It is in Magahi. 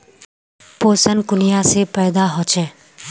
पोषण कुनियाँ से पैदा होचे?